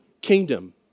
kingdom